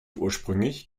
ursprünglich